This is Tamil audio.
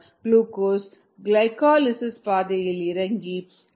குளுக்கோஸ் கிளைகோலிசிஸ் பாதையில் இறங்கி டி